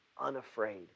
unafraid